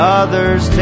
others